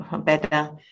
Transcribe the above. better